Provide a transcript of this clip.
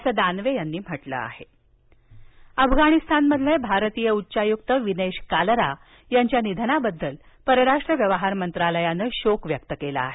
निधन अफगाणिस्तानमढील भारतीय उच्चायुक्त विनेश कालरा यांच्या निधनाबद्दल परराष्ट्र व्यवहार मंत्रालयानं शोक व्यक्त केला आहे